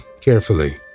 carefully